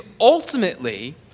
ultimately